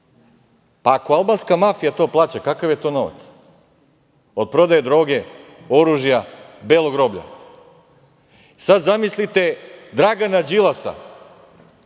Ako albanska mafija to plaća, kakav je to novac? Od prodaje droge, oružja, belog roblja. Sada zamislite Dragana Đilasa,